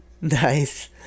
Nice